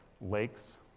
Lakes